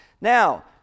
Now